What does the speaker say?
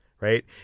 Right